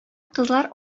кызлар